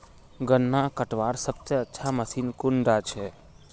गन्ना कटवार सबसे अच्छा मशीन कुन डा छे?